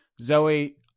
Zoe